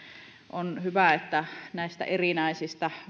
on hyvä että nämä erinäiset